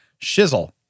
shizzle